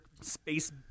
space